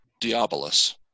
Diabolus